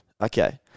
Okay